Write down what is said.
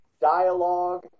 dialogue